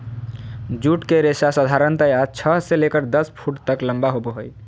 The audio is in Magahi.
जूट के रेशा साधारणतया छह से लेकर दस फुट तक लम्बा होबो हइ